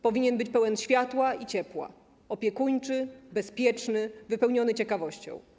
Powinien być pełen światła i ciepła, opiekuńczy, bezpieczny, wypełniony ciekawością.